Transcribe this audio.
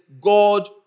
God